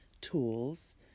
tools